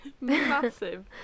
Massive